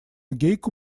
гейку